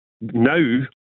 now